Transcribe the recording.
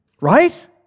Right